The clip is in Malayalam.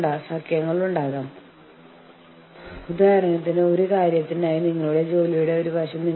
അതിനാൽ നിങ്ങൾ പറയുന്നു ഒരു യൂണിയൻ കാര്യസ്ഥനെ ഞങ്ങൾക്ക് ആവശ്യമില്ല